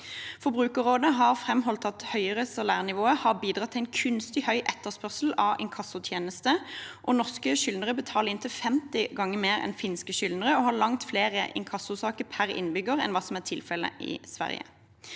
Forbrukerrådet har framholdt at det høye salærnivået har bidratt til en kunstig høy etterspørsel etter inkassotjenester. Norske skyldnere betaler inntil 50 ganger mer enn finske skyldnere og har langt flere inkassosaker per innbygger enn hva som er tilfellet i Sverige.